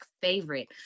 favorite